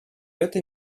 эта